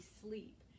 sleep